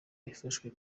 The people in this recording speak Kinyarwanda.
afashwe